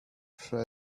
threads